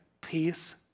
peace